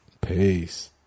Peace